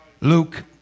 Luke